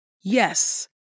Yes